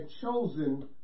chosen